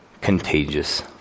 contagious